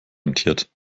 rentiert